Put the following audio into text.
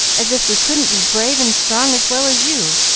as if we couldn't be brave and strong as well as you.